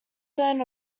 zone